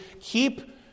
Keep